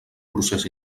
procés